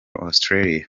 australia